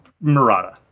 Murata